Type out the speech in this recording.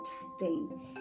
protecting